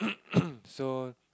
so